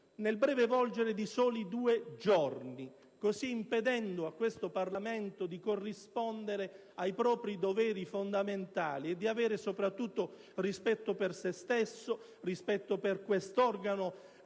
nel breve volgere di soli due giorni, così impedendo a questo Parlamento di corrispondere ai propri doveri fondamentali e di avere soprattutto rispetto per se stesso, per questo organo